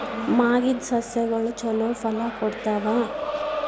ಮಾಗಿದ್ ಸಸ್ಯಗಳು ಛಲೋ ಫಲ ಕೊಡ್ತಾವಾ?